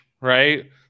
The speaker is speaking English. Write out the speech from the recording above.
right